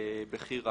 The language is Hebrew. בכי רע.